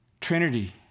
Trinity